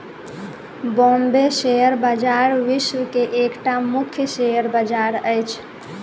Bombay share बजार विश्व के एकटा मुख्य शेयर बजार अछि